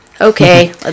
okay